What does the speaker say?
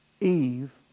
Eve